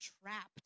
trapped